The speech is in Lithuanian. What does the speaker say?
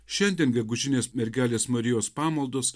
šiandien gegužinės mergelės marijos pamaldos